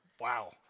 Wow